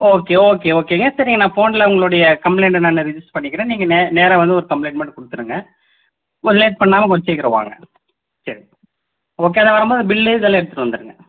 okay okay ஓகேங்க சரிங்க நான் ஃபோனில் உங்களுடைய கம்ப்ளைண்ட்டை நான் ரிஜிஸ்டர் பண்ணிக்கிறேன் நீங்கள் நேராக வந்து ஒரு கம்ப்ளைண்ட் மட்டும் கொடுத்துருங்க கொஞ்சம் லேட் பண்ணாமல் கொஞ்சம் சீக்கிரம் வாங்க சரிங்க ஓகே அதான் வரும்போது இந்த பில்லு இதெல்லாம் எடுத்துட்டு வந்துடுங்க